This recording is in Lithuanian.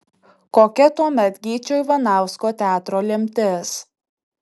kokia tuomet gyčio ivanausko teatro lemtis